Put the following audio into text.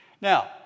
Now